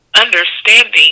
understanding